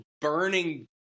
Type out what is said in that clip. burning